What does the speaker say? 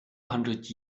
hundred